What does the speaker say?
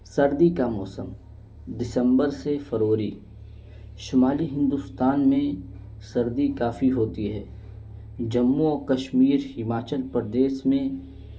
سردی کا موسم دسمبر سے فروری شمالی ہندوستان میں سردی کافی ہوتی ہے جموں اور کشمیر ہماچل پردیس میں